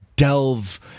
Delve